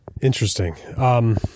Interesting